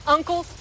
Uncle